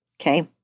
Okay